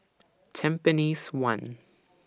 Tampines one